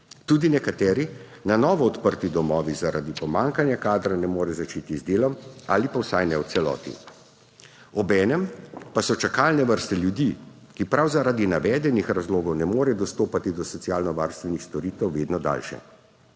Tudi nekateri na novo odprti domovi zaradi pomanjkanja kadra ne morejo začeti z delom ali pa vsaj ne v celoti. Obenem pa so čakalne vrste ljudi, ki prav zaradi navedenih razlogov ne morejo dostopati do socialnovarstvenih storitev, vedno daljše.